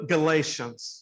Galatians